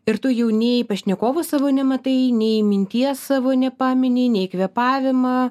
ir tu jau nei pašnekovų savo nematai nei minties savo nepamini nei kvėpavimą